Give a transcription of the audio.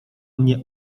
mnie